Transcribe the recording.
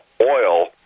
oil